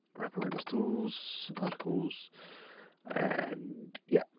rapid weight loss tools, articles and yeah,